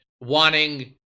wanting